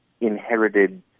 inherited